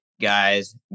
guys